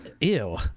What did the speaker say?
ew